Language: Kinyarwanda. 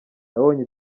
nabonye